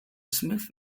smith